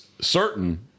certain